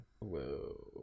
Whoa